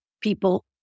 people